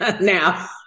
Now